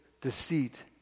deceit